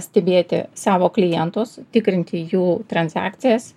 stebėti savo klientus tikrinti jų transakcijas